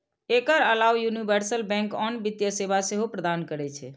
एकर अलाव universal bank आन वित्तीय सेवा सेहो प्रदान करै छै